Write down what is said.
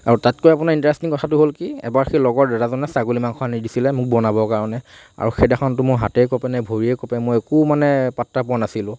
আৰু তাতকৈ আপোনাৰ ইণ্টাৰেষ্টিং কথাতো হ'ল কি এবাৰ সেই লগৰ দাদাজনে ছাগলী মাংস আনি দিছিলে মোক বনাবৰ কাৰণে আৰু সেইদিনাখনটো মোৰ হাতেই কঁপে নে ভৰিয়েই কঁপে মই একো মানে পাত্তা পোৱা নাছিলোঁ